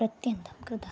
अत्यन्तं कृतः